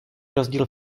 rozdíl